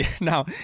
Now